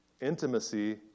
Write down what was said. Intimacy